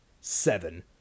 seven